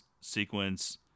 sequence